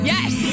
Yes